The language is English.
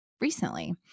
recently